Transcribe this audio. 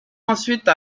ensuite